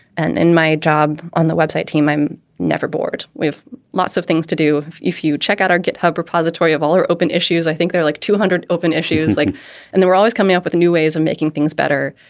and in my job on the website team, i'm never bored with lots of things to do. if you check out our github repository of all or open issues, i think there are like two hundred open issues. like and there always coming up with new ways of making things better.